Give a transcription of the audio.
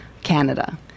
Canada